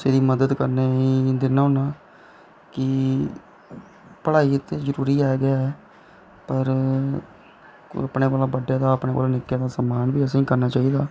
छड़ी मदद करने गी दिन्ना होन्ना कि पर पढ़ाई ते जरूरी ऐ गै ऐ पर कोई अपने कोला बड्डे दा ते अपने कोला निक्के दा सम्मान बी असें गी करना औना चाहिदा